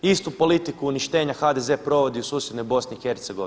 Istu politiku uništenja HDZ provodi u susjednoj BiH.